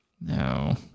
no